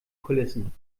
kulissen